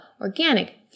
organic